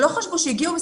שלא חשבו שיגיעו.